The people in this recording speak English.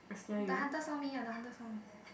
the hunter saw me the hunter saw me